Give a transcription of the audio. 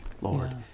Lord